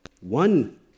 One